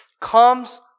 comes